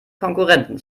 konkurrenten